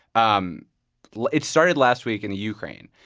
um like it started last week in the ukraine.